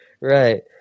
Right